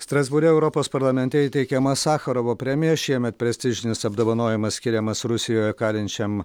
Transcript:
strasbūre europos parlamente įteikiama sacharovo premija šiemet prestižinis apdovanojimas skiriamas rusijoje kalinčiam